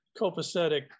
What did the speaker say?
copacetic